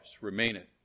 remaineth